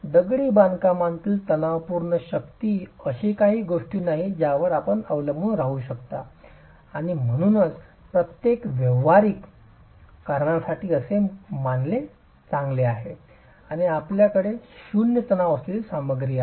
दगडी बांधकामातील तणावपूर्ण शक्ती अशी काही गोष्ट नाही ज्यावर आपण अवलंबून राहू शकता आणि म्हणूनच बहुतेक व्यावहारिक कारणांसाठी असे मानणे चांगले आहे की आपल्याकडे शून्य तणाव असलेली सामग्री आहे